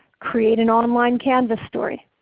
create an online canvas story,